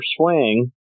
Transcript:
swing